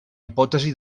hipòtesi